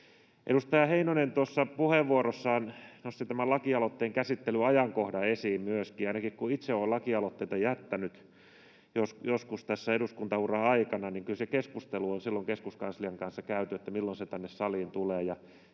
Edustaja Heinonen tuossa puheenvuorossaan nosti esiin myöskin tämän lakialoitteen käsittelyajankohdan. Ainakin kun itse olen lakialoitteita jättänyt joskus tässä eduskunta-uran aikana, niin kyllä silloin on keskuskanslian kanssa käyty keskustelu siitä, milloin se tänne saliin tulee,